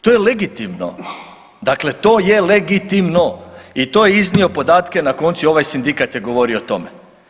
To je legitimno, dakle to je legitimno i to je iznio podatke na koncu i ovaj sindikat je govorio o tome.